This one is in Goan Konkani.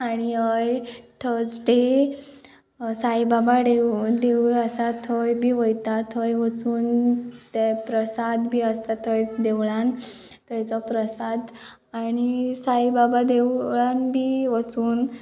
आणी हय थर्सडे साईबाबा देवूळ देवूळ आसा थंय बी वयता थंय वचून तें प्रसाद बी आसता थंय देवळान थंयचो प्रसाद आणी साईबाबा देवळान बी वचून